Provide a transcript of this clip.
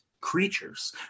creatures